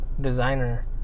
designer